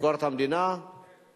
ביקורת המדינה זה רעיון טוב.